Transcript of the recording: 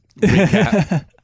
recap